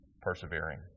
persevering